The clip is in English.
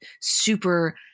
super